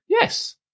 Yes